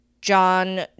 John